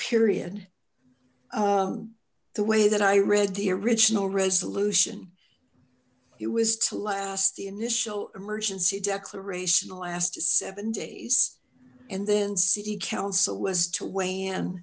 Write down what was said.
period the way that i read the original resolution it was to last the initial emergency declaration lasted seven days and then city council was to w